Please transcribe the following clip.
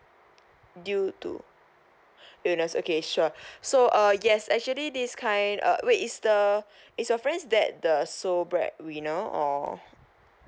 due to illness okay sure so uh yes actually this kind uh wait is the is your friends that the sole breadwinner or